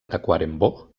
tacuarembó